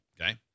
Okay